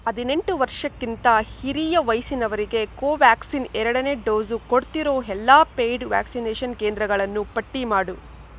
ಹದಿನೆಂಟು ವರ್ಷಕ್ಕಿಂತ ಹಿರಿಯ ವಯಸ್ಸಿನವ್ರಿಗೆ ಕೋವ್ಯಾಕ್ಸಿನ್ ಎರಡನೇ ಡೋಸು ಕೊಡ್ತಿರೋ ಎಲ್ಲ ಪೇಯ್ಡ್ ವಾಕ್ಸಿನೇಷನ್ ಕೇಂದ್ರಗಳನ್ನು ಪಟ್ಟಿ ಮಾಡು